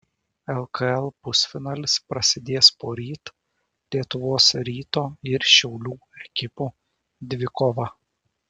lkl pusfinalis prasidės poryt lietuvos ryto ir šiaulių ekipų dvikova